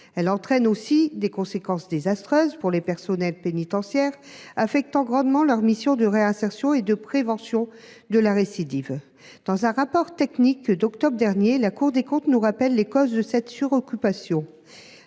elle a en outre des conséquences désastreuses pour le personnel pénitentiaire, affectant grandement sa mission de réinsertion et de prévention de la récidive. Dans un rapport technique d’octobre dernier, la Cour des comptes nous rappelle les causes de cette suroccupation.